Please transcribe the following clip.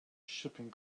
shipping